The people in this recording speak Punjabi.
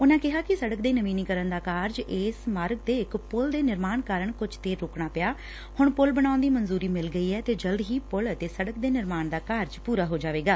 ਉਨੂਾਂ ਕਿਹਾ ਕਿ ਸੜਕ ਦੇ ਨਵੀਨੀਕਰਨ ਦਾ ਕਾਰਜ ਇਸ ਮਾਰਗ ਤੇ ਇਕ ਪੁੱਲ ਦੇ ਨਿਰਮਾਣ ਕਾਰਨ ਕੁਝ ਦੇਰ ਰੋਕਣਾ ਪਿਆ ਹੁਣ ਪੁਲ ਬਣਾਉਣ ਦੀ ਮਨਜੂਰੀ ਮਿਲ ਗਈ ਐ ਤੇ ਜਲਦੀ ਹੀ ਪੁੱਲ ਅਤੇ ਸੜਕ ਦੇ ਨਿਰਮਾਣ ਦਾ ਕਾਰਜ ਪੂਰਾ ਹੋ ਜਾਵੇਗਾ